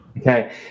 Okay